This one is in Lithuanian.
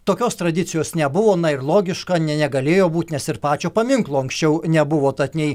tokios tradicijos nebuvo na ir logiška ne negalėjo būt nes ir pačio paminklo anksčiau nebuvo tad nei